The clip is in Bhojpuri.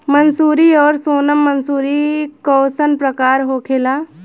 मंसूरी और सोनम मंसूरी कैसन प्रकार होखे ला?